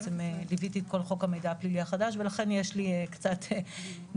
ליוויתי את כל חוק המידע הפלילי החדש ולכן יש לי קצת ניסיון.